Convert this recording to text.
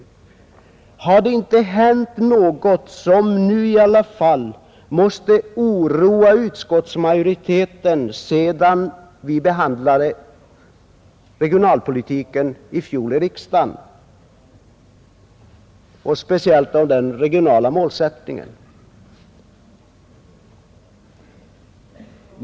Har det inte hänt något som nu i alla fall måste oroa utskottsmajoriteten, sedan vi behandlade regionalpolitiken i fjol i riksdagen och speciellt då den regionala målsättningen?